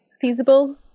feasible